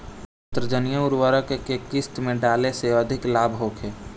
नेत्रजनीय उर्वरक के केय किस्त में डाले से अधिक लाभ होखे?